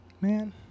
Man